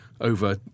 over